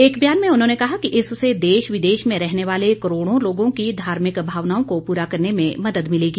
एक बयान में उन्होंने कहा कि इससे देश विदेश में रहने वाले करोड़ों लोगों की धार्मिक भावनाओं को पूरा करने में मदद मिलेगी